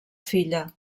filla